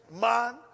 man